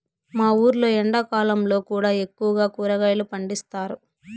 మా ఊర్లో ఎండాకాలంలో కూడా ఎక్కువగా కూరగాయలు పండిస్తారు